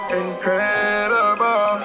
incredible